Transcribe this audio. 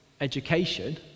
education